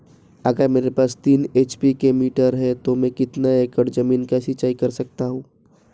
अगर मेरे पास तीन एच.पी की मोटर है तो मैं कितने एकड़ ज़मीन की सिंचाई कर सकता हूँ?